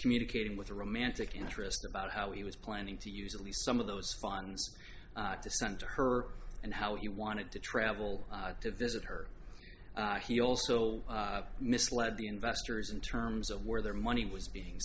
communicating with a romantic interest about how he was planning to use at least some of those funds to send her and how he wanted to travel to visit her he also misled the investors in terms of where their money was being